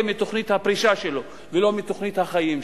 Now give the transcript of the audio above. מתוכנית הפרישה שלו ולא מתוכנית החיים שלו.